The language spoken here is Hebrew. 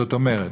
זאת אומרת,